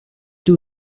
two